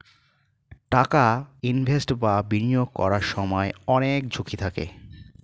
টাকা ইনভেস্ট বা বিনিয়োগ করার সময় অনেক ঝুঁকি থাকে